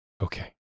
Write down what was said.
Okay